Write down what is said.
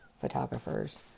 photographers